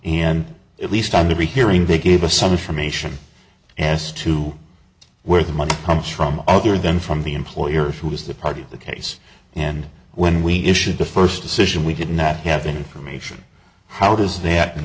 and at least time to be hearing they gave us some information as to where the money comes from other than from the employers who use the product the case and when we issued the first decision we did not have information how does that